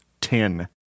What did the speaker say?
ten